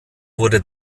wurde